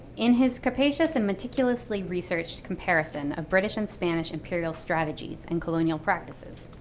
in his capacious and meticulously researched comparison of british and spanish imperial strategies and colonial practices,